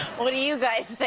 what do you guys